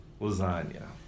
Lasagna